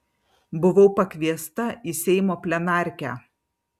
buvau pakviesta į seimo plenarkę